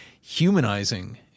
humanizing